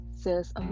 says